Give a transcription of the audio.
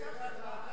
בהתנגדות